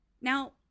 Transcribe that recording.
Now